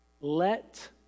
let